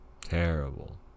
Terrible